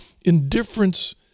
indifference